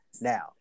Now